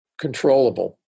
controllable